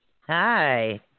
hi